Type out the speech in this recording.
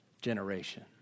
generation